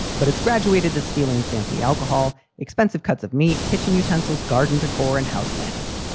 but it's graduated to stealing fancy alcohol, expensive cuts of meat, kitchen utensils, garden decor and house plants.